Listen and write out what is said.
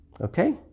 Okay